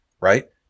right